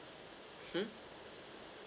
hmm